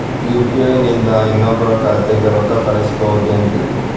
UPI ನಿಂದ ಇನ್ನೊಬ್ರ ಖಾತೆಗೆ ರೊಕ್ಕ ಕಳ್ಸಬಹುದೇನ್ರಿ?